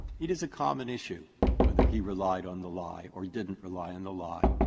it is a common issue whether he relied on the lie or he didn't rely on the lie.